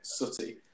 Sutty